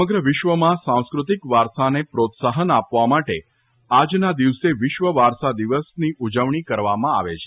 સમગ્ર વિશ્વમાં સાંસ્ક્રતિક વારસાને પ્રોત્સાહન આપવા માટે આજના દિવસે વિશ્વ વારસા દિવસની ઉજવણી કરવામાં આવે છે